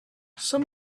some